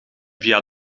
via